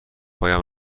هایم